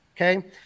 okay